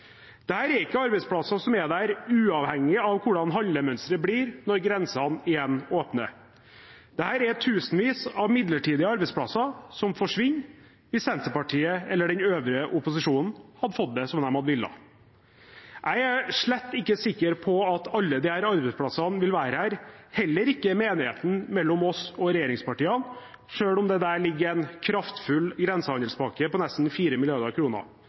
er ikke arbeidsplasser som er der uavhengig av hvordan handlemønsteret blir når grensene igjen åpner. Dette er tusenvis av midlertidige arbeidsplasser som ville forsvinne hvis Senterpartiet eller den øvrige opposisjonen hadde fått det som de ville. Jeg er slett ikke sikker på at alle disse arbeidsplassene vil være her, heller ikke med enigheten mellom oss og regjeringspartiene, selv om det der ligger en kraftfull grensehandelspakke på nesten